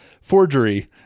Forgery